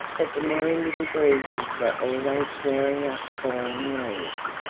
but the merry little breezes were always stirring up fallen leaves,